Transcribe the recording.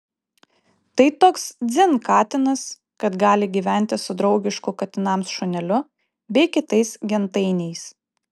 tai toks dzin katinas kad gali gyventi su draugišku katinams šuneliu bei kitais gentainiais